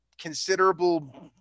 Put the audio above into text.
considerable